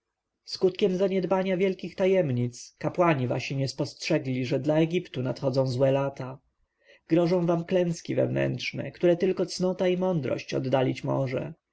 skutkiem zaniedbania wielkich tajemnic kapłani wasi nie spostrzegli że dla egiptu nadchodzą złe lata grożą wam klęski wewnętrzne które tylko cnota i mądrość oddalić może